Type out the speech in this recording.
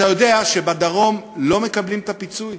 אתה יודע שבדרום לא מקבלים את הפיצוי?